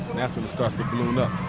that's when it starts to balloon up.